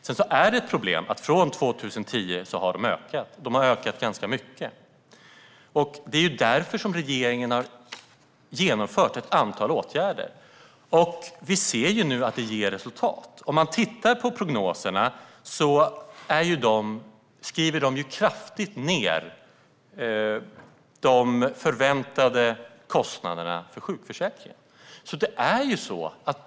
Det är ett problem att sjukskrivningarna från 2010 har ökat mycket. Det är därför som regeringen har vidtagit ett antal åtgärder. Vi ser nu att det ger resultat. I prognoserna skrivs de förväntade kostnaderna för sjukförsäkringen ned.